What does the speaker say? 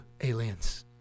aliens